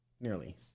nearly